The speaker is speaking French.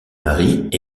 marient